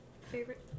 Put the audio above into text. favorite